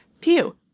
Pew